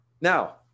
Now